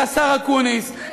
לשר אקוניס,